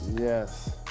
Yes